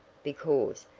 because,